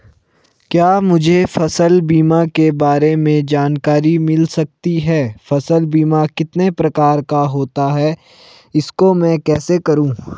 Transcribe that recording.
क्या मुझे फसल बीमा के बारे में जानकारी मिल सकती है फसल बीमा कितने प्रकार का होता है इसको मैं कैसे करूँ?